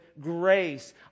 grace